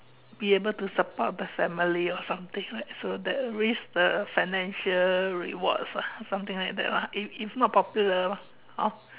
be able to support the family or something right so that risk the financial rewards lah or something like that lah if if not popular lor hor